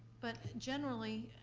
but generally,